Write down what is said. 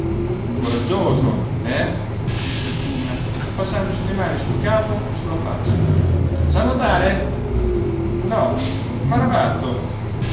coraggioso eh disse il ciunna passandosi le mani sul capo e su la faccia sa nuotare no m'arrabatto